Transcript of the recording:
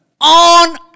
on